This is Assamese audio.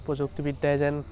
প্ৰযুক্তিবিদ্যাই যেন